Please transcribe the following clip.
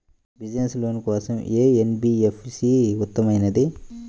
Business loan కోసం ఏ NBFC ఉత్తమమైనది?